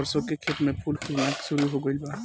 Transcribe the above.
सरसों के खेत में फूल खिलना शुरू हो गइल बा